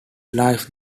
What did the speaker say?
life